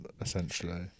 essentially